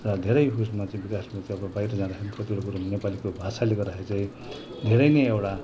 र धेरै उयसमा चाहिँ विकासमा चाहिँ अब बाहिर जाँदाखेरि कतिवटा कुरो नेपालीको भाषाले गर्दाखेरि चाहिँ धेरै नै एउटा